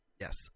Yes